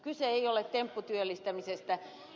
kyse ei ole tempputyöllistämisestä